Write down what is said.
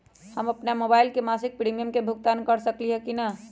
हम अपन मोबाइल से मासिक प्रीमियम के भुगतान कर सकली ह की न?